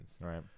Right